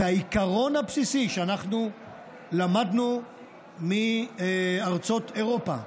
והעיקרון הבסיסי שאנחנו למדנו מארצות אירופה,